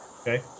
okay